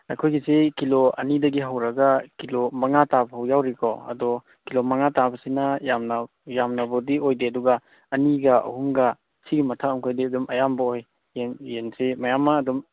ꯑꯩꯈꯣꯏꯒꯤꯁꯤ ꯀꯤꯂꯣ ꯑꯅꯤꯗꯒꯤ ꯍꯧꯔꯒ ꯀꯤꯂꯣ ꯃꯉꯥ ꯇꯥꯕꯐꯥꯎ ꯌꯥꯎꯔꯤꯀꯣ ꯑꯗꯣ ꯀꯤꯂꯣ ꯃꯉꯥ ꯇꯥꯕꯁꯤꯅ ꯌꯥꯝꯅ ꯌꯥꯝꯅꯕꯨꯗꯤ ꯑꯣꯏꯗꯦ ꯑꯗꯨꯒ ꯑꯅꯤꯒ ꯑꯍꯨꯝꯒ ꯁꯤꯒꯤ ꯃꯊꯛ ꯑꯝꯈꯩꯗꯤ ꯑꯗꯨꯝ ꯑꯌꯥꯝꯕ ꯑꯣꯏ ꯌꯦꯟ ꯌꯦꯟꯁꯤ ꯃꯌꯥꯝꯃ ꯑꯗꯨꯝ